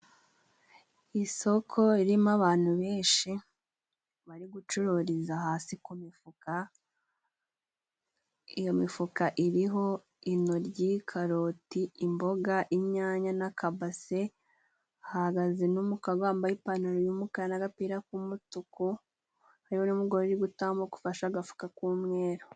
Isoko ririmo abantu benshi bari gucururiza hasi ku mifuka iyo mifuka iriho intoryi, karoti imboga ,inyanya n'akabase hahagaze n'umukobwa wambaye ipantaro y'umukara n'agapira k'umutuku hariho n'umugore uri gutambuka gufashe agafuka k'umweru.